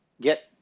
get